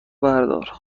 بردار